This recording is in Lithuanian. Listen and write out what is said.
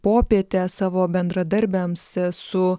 popietę savo bendradarbiams su